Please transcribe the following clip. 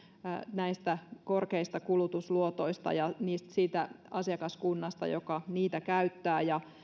näistä korkeista kulutusluotoista ja siitä asiakaskunnasta joka niitä käyttää